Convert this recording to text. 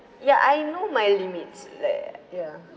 ya I know my limits like ya